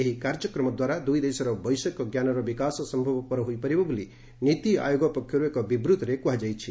ଏହି କାର୍ଯ୍ୟକ୍ରମଦ୍ୱାରା ଦୁଇ ଦେଶର ବୈଷୟିକ ଜ୍ଞାନର ବିକାଶ ସମ୍ଭବପର ହୋଇପାରିବ ବୋଲି ନୀତି ଆୟୋଗ ପକ୍ଷରୁ ଏକ ବିବୃତ୍ତିରେ କୁହାଯାଇଛି